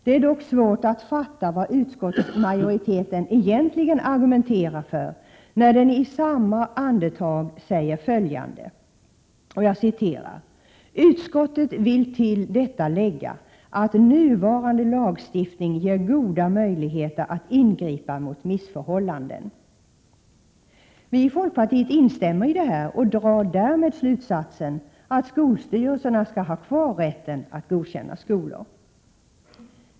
Det är dock svårt att fatta vad utskottsmajoriteten egentligen argumenterar för, när den i samma andetag säger följande: ”Utskottet vill till detta lägga att nuvarande lagstiftning ger goda möjligheter att ingripa mot missförhållanden.” Vi i folkpartiet instämmer i detta och drar därmed slutsatsen att skolstyrelserna skall ha kvar rätten att godkänna skolor.